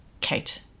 Kate